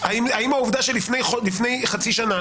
האם העובדה שלפני חצי שנה,